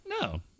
No